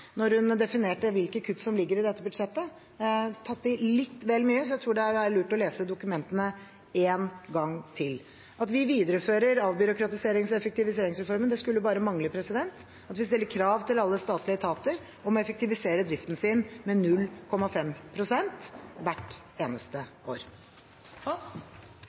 hun definerte hvilke kutt som ligger i dette budsjettet. Hun tok i litt vel mye, så jeg tror det er lurt å lese dokumentene en gang til. At vi viderefører avbyråkratiserings- og effektiviseringsreformen, skulle bare mangle – at vi stiller krav til alle statlige etater om å effektivisere driften sin med 0,5 pst. hvert eneste år.